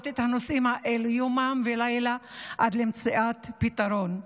את הנושאים האלה יומם ולילה עד למציאת פתרון.